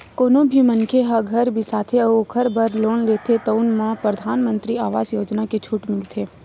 कोनो भी मनखे ह घर बिसाथे अउ ओखर बर लोन लेथे तउन म परधानमंतरी आवास योजना के छूट मिलथे